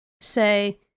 say